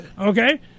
Okay